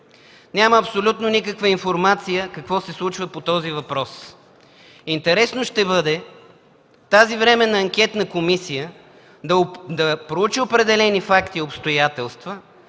няма абсолютно никаква информация какво се случва по този въпрос. Интересно ще бъде тази временна анкетна комисия да проучи определени факти и обстоятелства,